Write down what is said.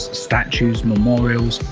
statues, memorials,